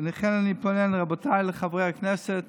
ולכן אני פונה לחברי הכנסת